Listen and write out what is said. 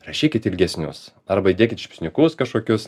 rašykit ilgesnius arba įdėkit šypsniukus kažkokius